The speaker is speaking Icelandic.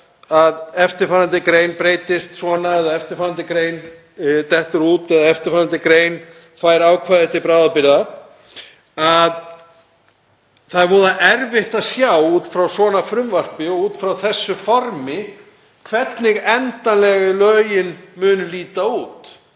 að eftirfarandi grein breytist svona eða eftirfarandi grein dettur út eða eftirfarandi grein fær ákvæði til bráðabirgða. Það er voða erfitt að sjá út frá þannig frumvarpi og út frá slíku formi hvernig endanlegu lögin munu líta út.